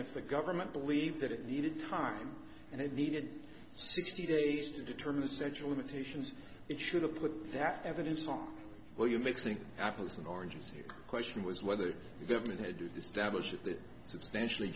if the government believed that it needed time and it needed sixty days to determine essential limitations it should have put that evidence on where you're mixing apples and oranges here question was whether the government had to do stablish it that substantially